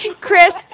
Chris